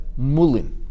Mulin